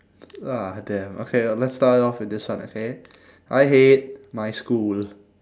ah damn okay let's start off with this one okay I hate my school